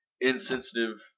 insensitive